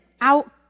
out